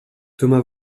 thomas